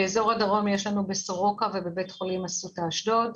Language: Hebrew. באזור הדרום יש לנו בסורוקה ובבית חולים אסותא אשדוד,